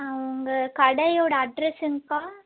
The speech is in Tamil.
உங்கள் கடையோட அட்ரஸ்ஸுங்க அக்கா